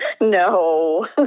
No